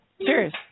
Serious